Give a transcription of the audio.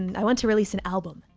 i want to release an album,